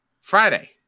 Friday